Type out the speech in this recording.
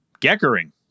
Geckering